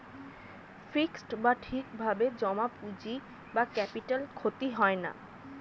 fixed বা ঠিক ভাবে জমা পুঁজি বা ক্যাপিটাল ক্ষতি হয় না